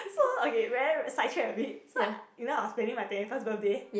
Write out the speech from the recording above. so okay very side track a bit so I you know was planning my twenty first birthday